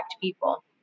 people